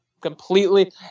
completely